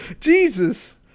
Jesus